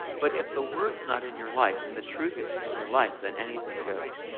but if the word's not in your life, and the truth isn't in your life, then anything goes.